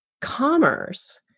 commerce